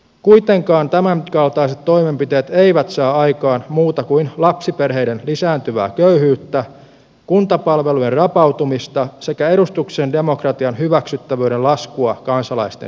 kuitenkaan tämänkaltaiset toimenpiteet eivät saa aikaan muuta kuin lapsiperheiden lisääntyvää köyhyyttä kuntapalvelujen rapautumista sekä edustuksellisen demokratian hyväksyttävyyden laskua kansalaisten silmissä